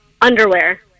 Underwear